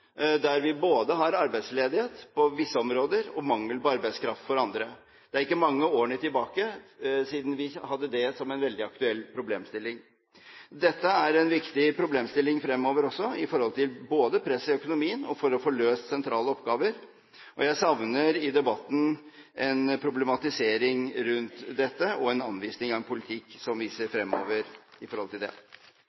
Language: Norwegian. der vi har arbeidsledighet på visse områder og mangel på arbeidskraft på andre. Det er ikke mange årene siden vi hadde det som en veldig aktuell problemstilling. Dette er en viktig problemstilling fremover, både med hensyn til press i økonomien og for å få løst sentrale oppgaver. Jeg savner i debatten en problematisering rundt dette og en anvisning om en politikk som